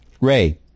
Ray